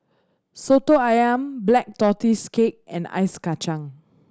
Soto Ayam Black Tortoise Cake and Ice Kachang